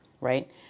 right